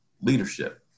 leadership